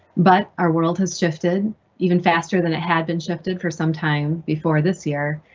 but our world has shifted even faster than it had been shifted for some time before this year.